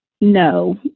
no